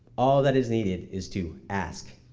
all that is needed is to ask,